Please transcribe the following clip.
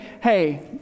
hey